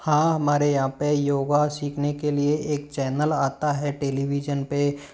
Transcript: हाँ हमारे यहाँ पे योगा सीखने के लिए एक चैनल आता है टेलीविजन